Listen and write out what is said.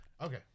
Okay